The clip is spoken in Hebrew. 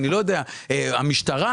המשטרה,